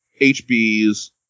HB's